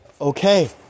okay